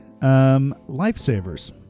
Lifesavers